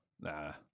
Nah